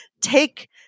take